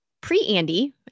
pre-Andy